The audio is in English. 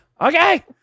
Okay